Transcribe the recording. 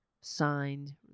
signed